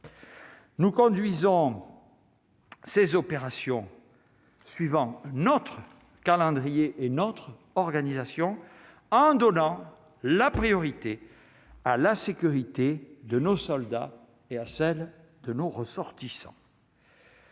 nous conduisons. Ces opérations suivant notre calendrier et notre organisation en donnant la priorité à la sécurité de nos soldats et à celle de nos ressortissants.